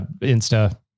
Insta